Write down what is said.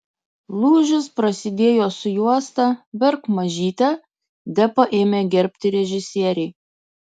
lūžis prasidėjo su juosta verk mažyte depą ėmė gerbti režisieriai